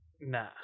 Nah